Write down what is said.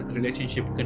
relationship